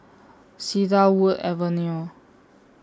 Cedarwood Avenue